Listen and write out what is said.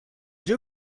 you